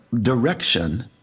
direction